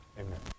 Amen